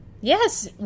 Yes